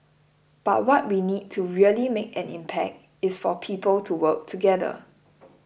but what we need to really make an impact is for people to work together